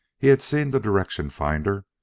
he had seen the direction-finder,